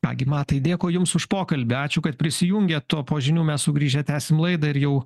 ką gi matai dėkui jums už pokalbį ačiū kad prisijungėt o po žinių mes sugrįžę tęsim laidą ir jau